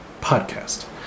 Podcast